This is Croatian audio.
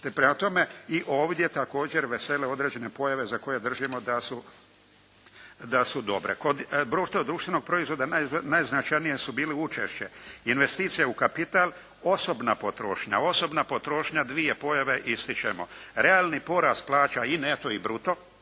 Prema tome i ovdje također vesele određene pojave za koje držimo da su dobre. Kod bruto društvenog proizvoda najznačajniji su bili učešće, investicije u kapital, osobna potrošnja. Osobna potrošnja, dvije pojave ističemo. Realni porast plaća i neto i bruto,